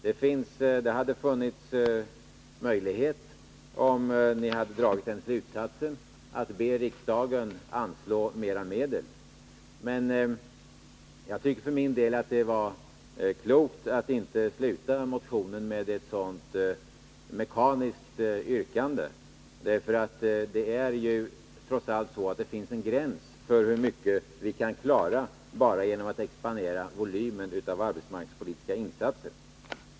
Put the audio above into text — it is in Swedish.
Det hade funnits möjlighet, om ni hade dragit den slutsatsen, att be riksdagen att anslå mera medel. Jag tycker för min del att det var klokt att inte sluta motionen med ett sådant mekaniskt yrkande. Det finns trots allt en gräns för hur mycket vi kan klara bara genom att expandera volymen arbetsmarknadspolitiska insatser.